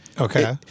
Okay